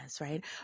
right